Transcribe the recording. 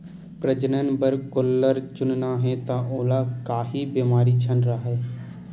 प्रजनन बर गोल्लर चुनना हे त ओला काही बेमारी झन राहय